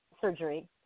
surgery